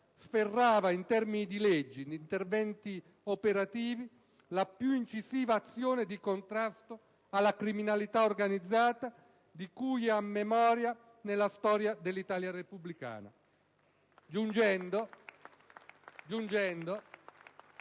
sferrava, in termini di leggi ed interventi operativi, la più incisiva azione di contrasto alla criminalità organizzata di cui si ha memoria nella storia dell'Italia repubblicana, giungendo